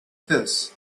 this